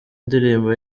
indirimbo